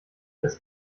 das